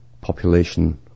population